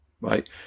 right